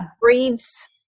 breathes